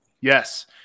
Yes